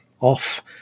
off